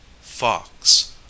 Fox